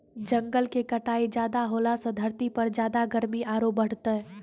जंगल के कटाई ज्यादा होलॅ सॅ धरती पर ज्यादा गर्मी आरो बढ़तै